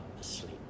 asleep